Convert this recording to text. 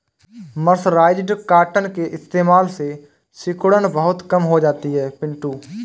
mercerised cotton के इस्तेमाल से सिकुड़न बहुत कम हो जाती है पिंटू